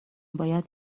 باید